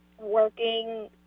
working